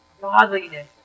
godliness